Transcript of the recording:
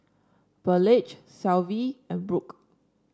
Burleigh Shelvie and Brook